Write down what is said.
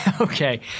Okay